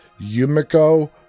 Yumiko